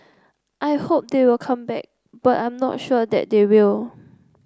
I hope they will come back but I am not sure that they will